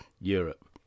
Europe